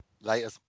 Later